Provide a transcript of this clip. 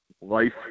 life